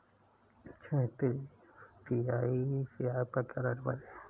क्षैतिज, एफ.डी.आई से आपका क्या तात्पर्य है?